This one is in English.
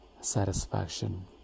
satisfaction